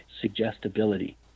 suggestibility